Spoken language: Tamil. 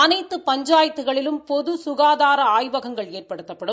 அனைத்து பஞ்சாயத்துகளிலும் பொது சுகாதார ஆய்வகங்கள் ஏற்படுத்தப்படும்